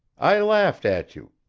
i laughed at you.